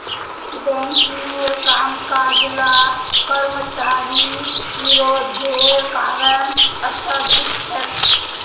बैंकिंगेर कामकाज ला कर्मचारिर विरोधेर कारण स्थगित छेक